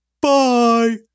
Bye